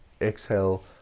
Exhale